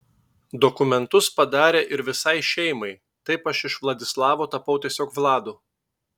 dokumentus padarė ir visai šeimai taip aš iš vladislavo tapau tiesiog vladu